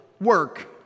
work